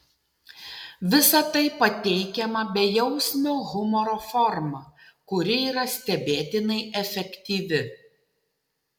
visa tai pateikiama bejausmio humoro forma kuri yra stebėtinai efektyvi